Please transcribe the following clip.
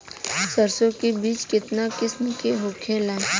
सरसो के बिज कितना किस्म के होखे ला?